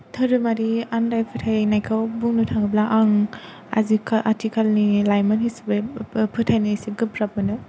धोरोमारि आन्दाय फोथायनायखौ बुंनो थाङोब्ला आं आजिखाल आथिखालनि लाइमोन हिसाबै फोथायनो इसे गोब्राब मोनो